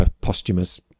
posthumous